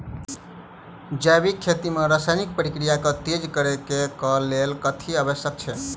जैविक खेती मे रासायनिक प्रक्रिया केँ तेज करै केँ कऽ लेल कथी आवश्यक छै?